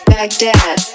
Baghdad